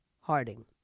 Harding